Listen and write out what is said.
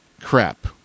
Crap